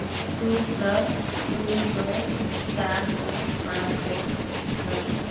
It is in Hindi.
दो सौ तीन सौ चार सौ पाँच सौ छ सौ